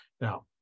Now